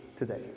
Today